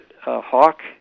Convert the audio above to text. hawk